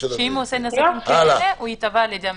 שאם הוא עושה נזק הוא ייתבע על ידי המדינה.